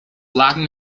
latin